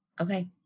Okay